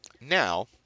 Now